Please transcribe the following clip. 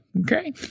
Okay